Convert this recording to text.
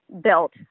built